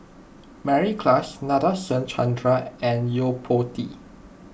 Mary Klass Nadasen Chandra and Yo Po Tee